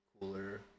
cooler